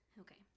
Okay